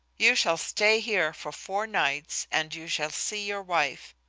you shall stay here for four nights and you shall see your wife,